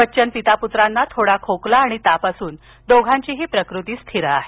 बच्चन पिता पुत्रांना थोडा खोकला आणि ताप असून दोघांचीही प्रकृती स्थिर आहे